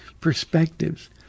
perspectives